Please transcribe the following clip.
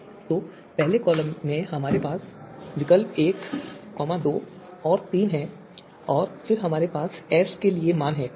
तो पहले कॉलम में हमारे पास विकल्प 1 2 और 3 हैं और फिर हमारे पास एस के लिए मान हैं